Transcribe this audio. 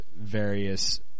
various